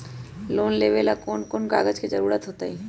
Loan लेवेला कौन कौन कागज के जरूरत होतई?